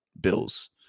Bills